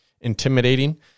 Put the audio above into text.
intimidating